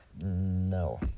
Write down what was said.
No